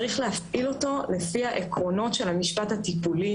צריך להפעיל אותו לפי העקרונות של המשפט הטיפולי